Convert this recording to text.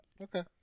Okay